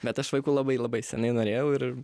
bet aš vaikų labai labai seniai norėjau ir